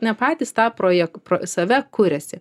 ne patys tą projek pro save kuriasi